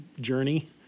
journey